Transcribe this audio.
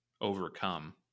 overcome